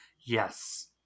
Yes